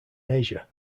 asia